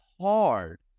hard